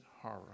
horror